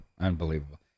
Unbelievable